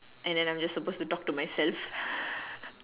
and then I'm just supposed to talk to myself